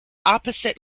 opposite